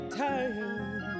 tired